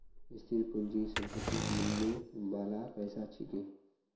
स्थिर पूंजी संपत्तिक मिलने बाला पैसा छिके